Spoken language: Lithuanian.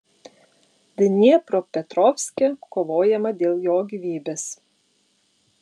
dniepropetrovske kovojama dėl jo gyvybės